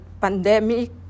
pandemic